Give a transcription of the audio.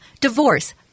divorce